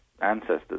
ancestors